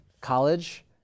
College